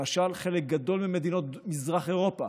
למשל, חלק גדול ממדינות מזרח אירופה,